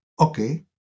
Okay